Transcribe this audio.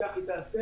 כך היא תעשה.